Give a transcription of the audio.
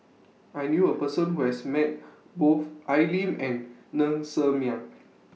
I knew A Person Who has Met Both Al Lim and Ng Ser Miang